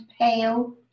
pale